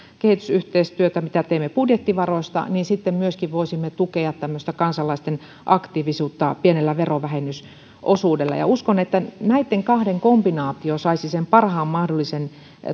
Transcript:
kehitysyhteistyötä mitä teemme budjettivaroista sitten myöskin voisimme tukea tämmöistä kansalaisten aktiivisuutta pienellä verovähennysosuudella uskon että näitten kahden kombinaatio saisi sen parhaan mahdollisen